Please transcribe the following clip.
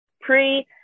pre-